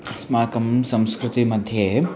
अस्माकं संस्कृतिमध्ये